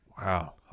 Wow